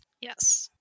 Yes